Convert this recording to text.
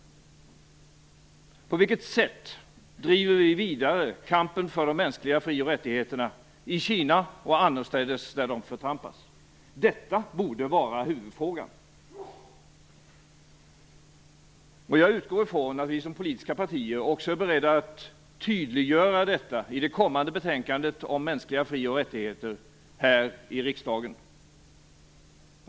På vilket sätt driver Sverige kampen vidare för de mänskliga fri och rättigheterna i Kina och annorstädes där de förtrampas? Detta borde vara huvudfrågan. Men jag utgår ifrån att vi i de politiska partierna också är beredda att tydliggöra detta i det kommande betänkandet om mänskliga fri och rättigheter här i riksdagen.